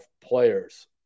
players